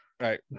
Right